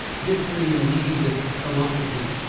differing indeed from oxygen,